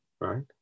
right